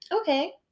Okay